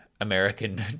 American